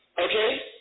Okay